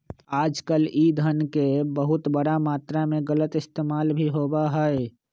आजकल ई धन के बहुत बड़ा मात्रा में गलत इस्तेमाल भी होबा हई